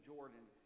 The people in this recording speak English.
Jordan